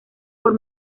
por